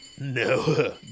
No